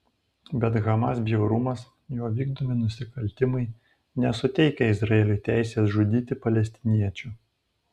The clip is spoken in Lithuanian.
bet hamas bjaurumas jo vykdomi nusikaltimai nesuteikia izraeliui teisės žudyti palestiniečių